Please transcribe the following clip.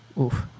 oof